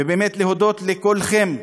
ובאמת להודות לכולכם,